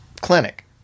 clinic